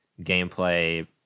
Gameplay